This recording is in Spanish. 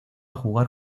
jugar